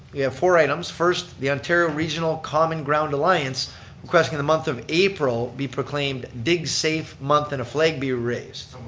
we have four items, first the ontario regional common ground alliance requesting that the month of april be proclaimed dig safe month and a flag be raised.